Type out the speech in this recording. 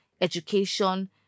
education